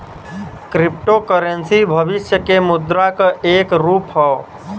crypto currency भविष्य के मुद्रा क एक रूप हौ